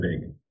big